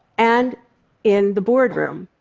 and in the boardroom.